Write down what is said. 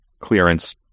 clearance